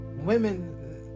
women